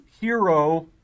hero